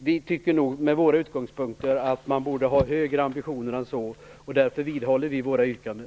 Vi tycker från våra utgångspunkter att man borde ha högre ambitioner än så, och därför vidhåller vi våra yrkanden.